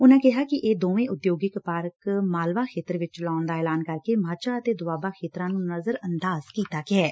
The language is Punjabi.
ਉਨਾਂ ਕਿਹਾ ਕਿ ਇਹ ਦੋਵੇਂ ਉਦਯੋਗਿਕ ਪਾਰਕ ਮਾਲਵਾ ਖੇਤਰ ਵਿਚ ਲਾਉਣ ਦਾ ਐਲਾਨ ਕਰਕੇ ਮਾਝਾ ਤੇ ਦੁਆਬਾ ਖੇਤਰਾਂ ਨੰ ਨਜ਼ਰ ਅੰਦਾਜ਼ ਕੀਤਾ ਗਿਐ